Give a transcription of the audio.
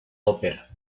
ópera